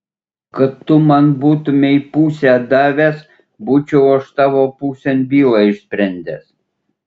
kad tu man būtumei pusę davęs būčiau aš tavo pusėn bylą išsprendęs